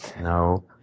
No